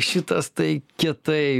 šitas tai kietai